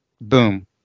Boom